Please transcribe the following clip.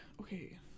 okay